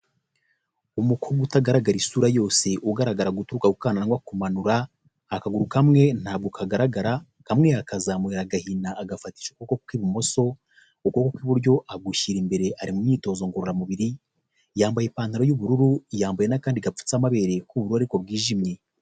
Umukobwa utagaragara isura yose ugaragara guturuka ku kananwa kumanura, akaguru kamwe ntabwo kagaragara kamwe yakazaye aragahina agafatisha ukuboko kw'ibumoso, ukuboko ku iburyo agushyira imbere ari mu myitozo ngororamubiri, yambaye ipantaro y'ubururu yambaye n'akandi gapfutse amaberek'ubururu ariko bwijimye.